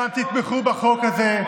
אדוני היושב-ראש, תתמכו בחוק הזה.